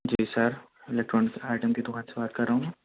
جی sir electronic item کی دُکان سے بات کر رہا ہوں